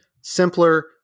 simpler